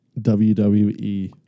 WWE